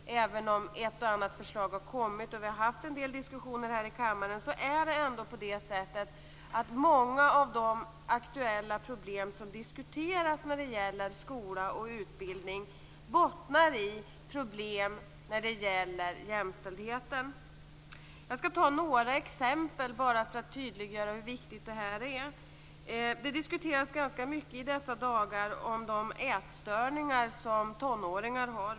Även om ett och annat förslag har kommit och vi har haft en del diskussioner här i kammaren, bottnar många av de aktuella problem som diskuteras när det gäller skola och utbildning i problem när det gäller jämställdheten. Jag skall ge några exempel bara för att tydliggöra hur viktigt det här är. I dessa dagar diskuteras ganska mycket de ätstörningar som tonåringar har.